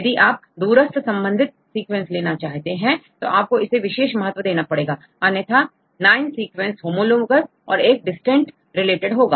यदि आप दूरस्थ संबंधित सीक्वेंस लेना चाहते हैं तो आपको इसे विशेष महत्व देना पड़ेगा अन्यथा 9 सीक्वेंस होमोलोगस और एक डिस्टेंट रिलेटेड होगा